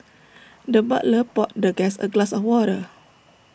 the butler poured the guest A glass of water